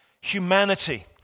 humanity